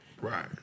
Right